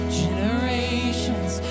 generations